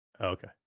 Okay